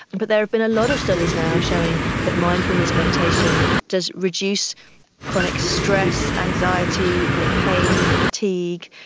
and but there have been a lot of studies now showing that mindfulness meditation does reduce chronic stress, anxiety, chronic pain, fatigue.